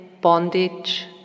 bondage